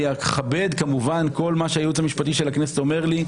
אני אכבד כמובן כל מה שהייעוץ המשפטי של הכנסת אומר לי,